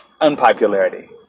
unpopularity